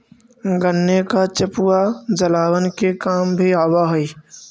गन्ने का चेपुआ जलावन के काम भी आवा हई